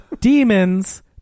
Demons